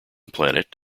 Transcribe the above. planet